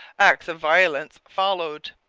acts of violence followed.